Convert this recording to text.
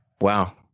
Wow